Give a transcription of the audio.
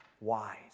wise